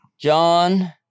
John